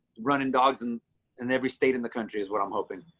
running dogs and in every state in the country is what i'm hoping.